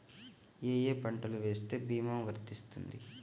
ఏ ఏ పంటలు వేస్తే భీమా వర్తిస్తుంది?